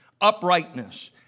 uprightness